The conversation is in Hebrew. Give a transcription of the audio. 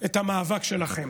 את המאבק שלכם,